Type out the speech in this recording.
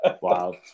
Wow